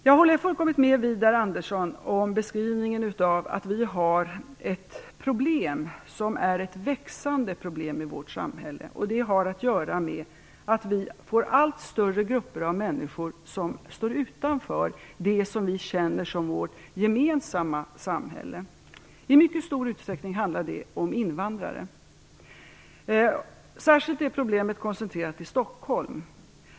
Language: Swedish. Jag håller fullkomligt med Widar Andersson om beskrivningen att vi i vårt samhälle har ett växande problem som har att göra med att allt större grupper av människor står utanför det som vi känner som vårt gemensamma samhälle. I mycket stor utsträckning handlar det om invandrare. Särskilt är problemet koncentrerat till Stockholm.